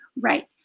Right